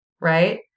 right